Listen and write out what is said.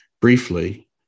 briefly